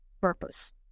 purpose